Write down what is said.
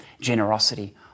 generosity